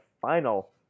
final